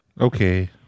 Okay